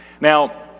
Now